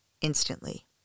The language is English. instantly